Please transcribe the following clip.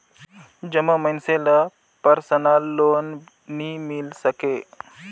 जम्मो मइनसे ल परसनल लोन नी मिल सके